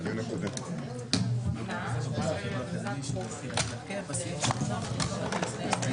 בשעה 15:26.